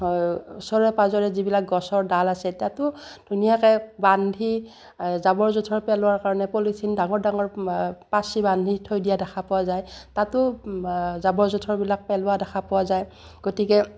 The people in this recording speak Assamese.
ওচৰে পাঁজৰে যিবিলাক গছৰ ডাল আছে তাতো ধুনীয়াকৈ বান্ধি জাবৰ জোঁথৰ পেলোৱাৰ কাৰণে পলিচিন ডাঙৰ ডাঙৰ পাচি বান্ধি থৈ দিয়া দেখা পোৱা যায় তাতো জাবৰ জোঁথৰবিলাক পেলোৱা দেখা পোৱা যায় গতিকে